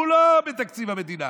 הוא לא בתקציב המדינה,